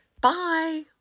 Bye